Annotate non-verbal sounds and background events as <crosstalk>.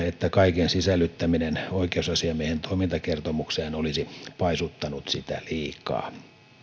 <unintelligible> että kaiken sisällyttäminen oikeusasiamiehen toimintakertomukseen olisi paisuttanut sitä liikaa